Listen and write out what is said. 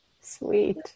Sweet